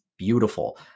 beautiful